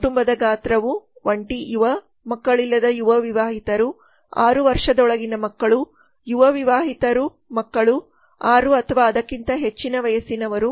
ಕುಟುಂಬದ ಗಾತ್ರವು ಒಂಟಿ ಯುವ ಮಕ್ಕಳಿಲ್ಲದ ಯುವ ವಿವಾಹಿತರು 6 ವರ್ಷದೊಳಗಿನ ಮಕ್ಕಳು ಯುವ ವಿವಾಹಿತರು ಮಕ್ಕಳು 6 ಅಥವಾ ಅದಕ್ಕಿಂತ ಹೆಚ್ಚಿನ ವಯಸ್ಸಿನವರು